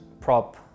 prop